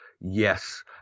yes